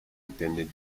intended